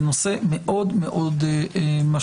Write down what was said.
זה נושא מאוד מאוד משמעותי.